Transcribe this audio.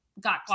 got